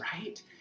right